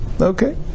Okay